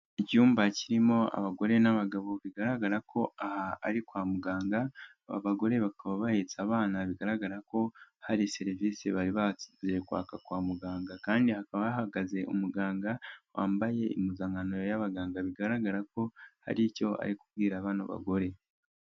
Icyumba kirimo abagore n'abagabo bigaragara ko aha ari kwa muganga, aba bagore bakaba bahetse abana bigaragara ko hari serivisi bari baje kwaka kwa muganga kandi hakaba hahagaze umuganga wambaye impuzankano y'abaganga, bigaragara ko hari icyo ari kubwira bano bagore.